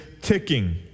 ticking